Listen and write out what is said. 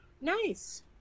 Nice